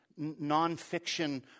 nonfiction